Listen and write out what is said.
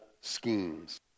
schemes